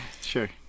Sure